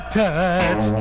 touch